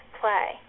play